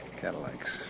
Cadillacs